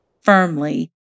firmly